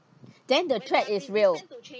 then the threat is real